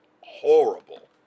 horrible